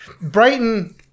Brighton